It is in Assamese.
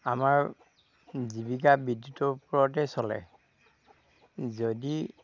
আমাৰ জীৱিকা বিদ্যুতৰ ওপৰতেই চলে যদি